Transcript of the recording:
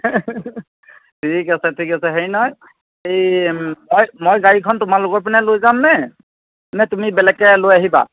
ঠিক আছে ঠিক আছে হেৰি নহয় এই মই গাড়ীখন তোমালোকৰ পিনে লৈ যাম নে নে তুমি বেলেগকৈ লৈ আহিবা